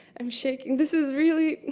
i'm shaking, this is really.